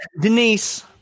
Denise